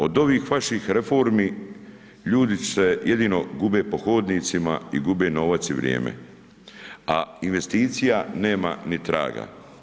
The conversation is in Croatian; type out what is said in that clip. Od ovih vaših reformi ljudi su se jedinio gube po hodnicima i gube novac i vrijeme, a investicija nema ni traga.